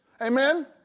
Amen